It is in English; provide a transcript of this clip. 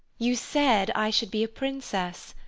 you said i should be a princess,